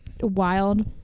wild